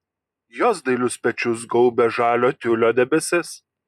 jos dailius pečius gaubė žalio tiulio debesis